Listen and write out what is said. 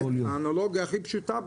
האנלוגיה הכי פשוטה,